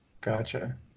Gotcha